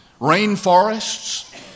rainforests